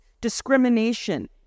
discrimination